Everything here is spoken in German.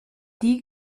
die